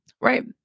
Right